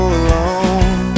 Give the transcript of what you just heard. alone